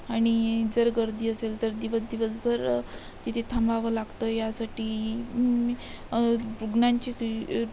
आणि जर गर्दी असेल तर दिवस दिवसभर तिथे थांबावं लागतं यासाठी रुग्णांची